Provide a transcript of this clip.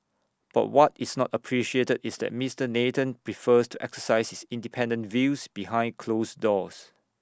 but what is not appreciated is that Mister Nathan prefers to exercise his independent views behind closed doors